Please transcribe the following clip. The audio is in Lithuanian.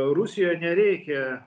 rusijoj nereikia